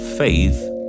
Faith